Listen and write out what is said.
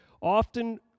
Often